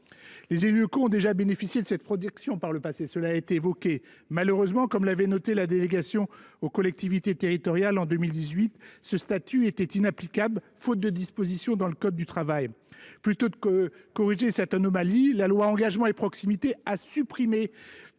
les élus locaux ont déjà bénéficié de cette protection. Malheureusement, comme l’avait noté la délégation aux collectivités territoriales en 2018, ce statut était inapplicable, faute de dispositions inscrites dans le code du travail. Plutôt que de corriger cette anomalie, la loi Engagement et proximité a supprimé